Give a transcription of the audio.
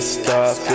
stop